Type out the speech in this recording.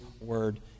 word